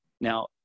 Now